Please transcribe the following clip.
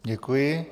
Děkuji.